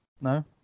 no